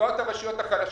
נפגעות הרשויות החלשות,